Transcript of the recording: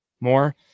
More